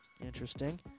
Interesting